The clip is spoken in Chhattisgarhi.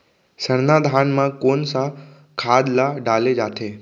सरना धान म कोन सा खाद ला डाले जाथे?